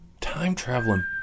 time-traveling